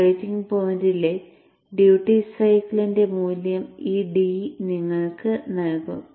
operating പോയിന്റിലെ duty സൈക്കിളിന്റെ മൂല്യം ഈ d നിങ്ങൾക്ക് നൽകും